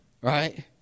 Right